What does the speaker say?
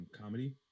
comedy